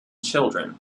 children